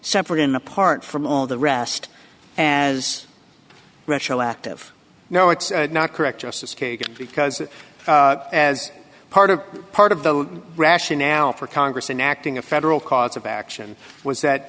separate and apart from all the rest as retroactive no it's not correct justice kagan because as part of part of the rationale for congress in acting a federal cause of action was that